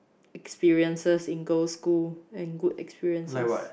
experiences in girl school and good experiences